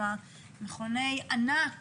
מכוני ענק